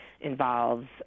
involves